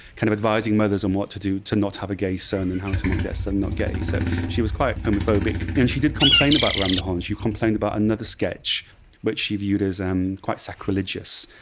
kind of advising mothers on what to do to not have a gay son and how to make their son not gay. so she was quite homophobic. and she did complain about round the horne, she complained about another sketch which but she viewed as and quite sacrilegious,